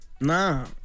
Nah